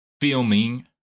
filming